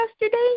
yesterday